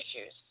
issues